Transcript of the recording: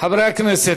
חברי הכנסת,